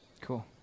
Cool